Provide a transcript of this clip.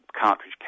cartridge